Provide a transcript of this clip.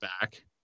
back